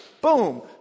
boom